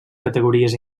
categories